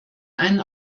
einen